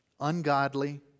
ungodly